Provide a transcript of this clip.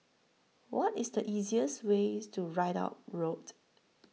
What IS The easiest Way to Ridout Road